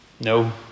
No